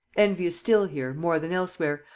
envy is still here, more than elsewhere,